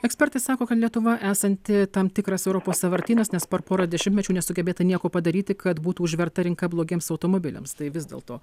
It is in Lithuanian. ekspertai sako kad lietuva esanti tam tikras europos sąvartynas nes per porą dešimtmečių nesugebėta nieko padaryti kad būtų užverta rinka blogiems automobiliams tai vis dėlto